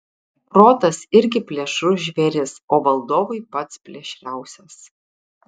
protas irgi plėšrus žvėris o valdovui pats plėšriausias